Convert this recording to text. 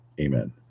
Amen